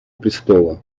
престола